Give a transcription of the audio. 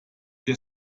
der